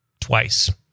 twice